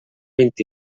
vint